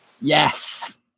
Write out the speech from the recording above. Yes